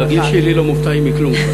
בגיל שלי כבר לא מופתעים מכלום.